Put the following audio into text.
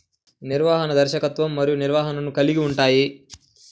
నిర్వహణ, దర్శకత్వం మరియు నిర్వహణను కలిగి ఉంటాయి